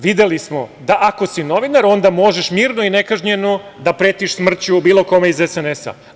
Videli smo, da ako si novinar onda možeš mirno i nekažnjeno da pretiš smrću bilo kome iz SNS-a.